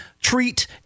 treat